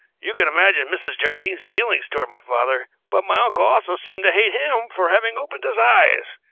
you can imagine mrs. jardine's feelings toward my father, but my uncle also seemed to hate him for having opened his eyes.